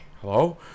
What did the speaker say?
hello